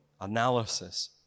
analysis